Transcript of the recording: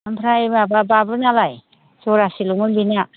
ओमफ्राय माबा बाबुनालाय जरासेल'मोन बेना